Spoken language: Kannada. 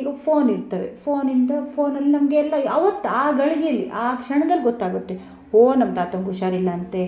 ಈಗ ಫೋನ್ ಇರ್ತದೆ ಫೋನ್ ಇಂದ ಫೋನಲ್ಲಿ ನಮಗೆಲ್ಲಾ ಅವತ್ತು ಆ ಗಳಿಗೇಲಿ ಆ ಕ್ಷಣದಲ್ಲಿ ಗೊತ್ತಾಗುತ್ತೆ ಓ ನಮ್ಮ ತಾತಂಗೆ ಹುಷಾರಿಲ್ಲಂತೆ